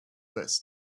list